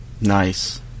nice